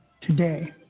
Today